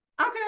Okay